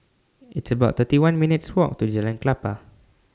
It's about thirty one minutes' Walk to Jalan Klapa